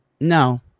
no